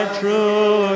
true